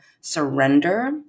surrender